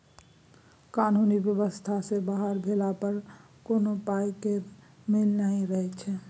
कानुनी बेबस्था सँ बाहर भेला पर कोनो पाइ केर मोल नहि रहय छै